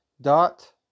dot